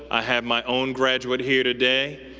i have my own graduate here today.